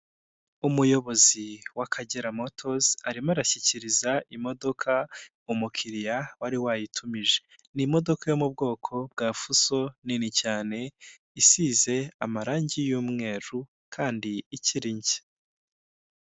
Umuyobozi w'Akagera motozi, arimo arashyikiriza imodoka umukiriya wari wayitumije. Ni imodoka yo mu bwoko bwa fuso nini cyane, isize amarangi y'umweru kandi ikiri nshya.